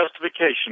justification